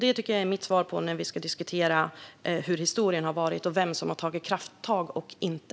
Detta är mitt svar när vi ska diskutera hur historien har varit och vem som har tagit krafttag eller inte.